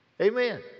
amen